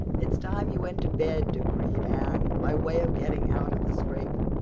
it's time you went to bed, decreed anne, by way of getting out of the scrape.